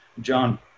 John